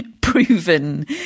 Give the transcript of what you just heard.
proven